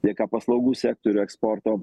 dėka paslaugų sektorių eksporto